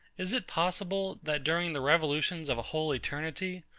is it possible, that during the revolutions of a whole eternity,